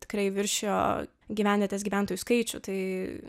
tikrai viršijo gyvenvietės gyventojų skaičių tai